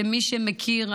שמי שמכיר,